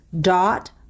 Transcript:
dot